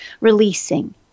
releasing